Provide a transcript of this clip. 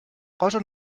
cosa